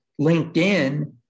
LinkedIn